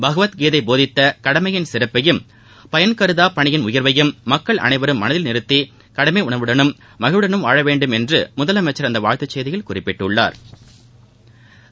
பகவத் கீதைபோதித்தகடமையின் சிறப்பையும் பயன்கருதாபணியின் உயர்வையும் மக்கள் மனதில் நிறுத்திகடமைடணர்வுடனும் அனைவரும் மகிழ்வுடறைம் வாழவேண்டுமென்றுமுதலமைச்சா் அந்தவாழ்த்துச் செய்தியில் குறிப்பிட்டுள்ளாா்